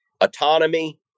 autonomy